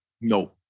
No